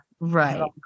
Right